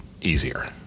easier